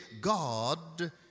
God